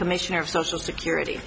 commissioner of social security